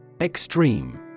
Extreme